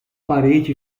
parede